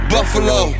Buffalo